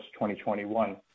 2021